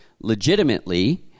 legitimately